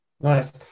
Nice